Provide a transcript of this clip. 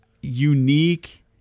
unique